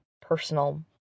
personal